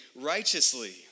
righteously